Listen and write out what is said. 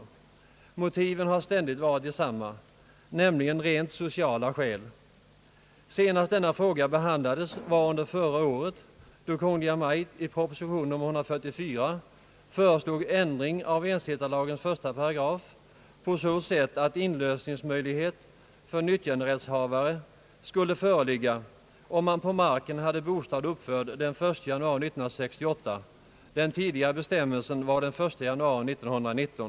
Motiven har ständigt varit desamma, nämligen rent sociala skäl. Senast denna fråga behandlades var under förra året då Kungl. Maj:t i proposition nr 144 föreslog ändring av ensittarlagens 1 § på så sätt att inlösningsmöjlighet för nyttjanderättshavare skulle föreligga om han på marken hade bostad uppförd den 1 januari 1928. Enligt den tidigare bestämmelsen var tidpunkten den 1 januari 1919.